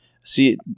See